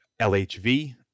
LHV